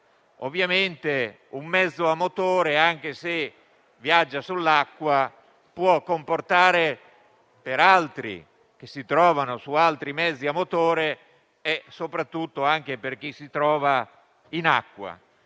rischi che un mezzo a motore, anche se viaggia sull'acqua, può rappresentare per altri che si trovano su altri mezzi a motore e soprattutto per chi si trova in acqua.